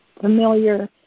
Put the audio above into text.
familiar